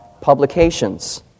publications